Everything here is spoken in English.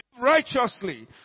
righteously